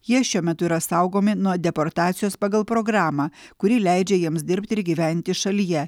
jie šiuo metu yra saugomi nuo deportacijos pagal programą kuri leidžia jiems dirbti ir gyventi šalyje